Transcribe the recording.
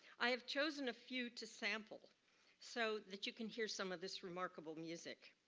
i have chosen a few to sample so that you can hear some of this remarkable music.